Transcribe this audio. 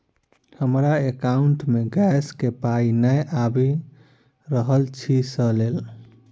हमरा एकाउंट मे गैस केँ पाई नै आबि रहल छी सँ लेल?